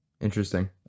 Interesting